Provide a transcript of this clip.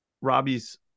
Robbie's